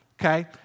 okay